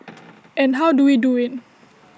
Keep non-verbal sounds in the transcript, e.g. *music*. *noise* and how do we do IT